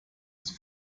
ist